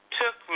took